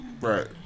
right